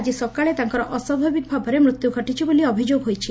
ଆଜି ସକାଳେ ତାଙ୍କର ଅସ୍ୱାଭାବିକ ଭାବରେ ମୃତ୍ଧ୍ ଘଟିଛି ବୋଲି ଅଭିଯୋଗ ହୋଇଛି